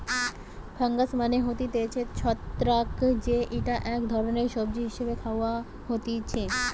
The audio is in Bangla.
ফাঙ্গাস মানে হতিছে ছত্রাক যেইটা এক ধরণের সবজি হিসেবে খাওয়া হতিছে